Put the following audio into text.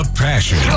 Passion